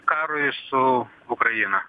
karui su ukraina